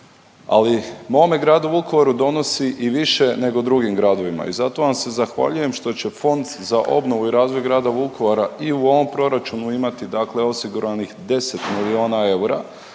Ali mome gradu Vukovaru donosi i više nego drugim gradovima i zato vam se zahvaljujem što će Fond za obnovu i razvoj grada Vukovara i u ovom proračunu imati dakle osiguranih 10 milijuna eura